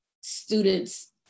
students